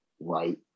Right